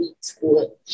school